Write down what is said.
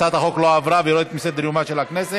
הצעת החוק לא עברה והיא יורדת מסדר-יומה של הכנסת.